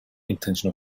intention